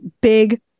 big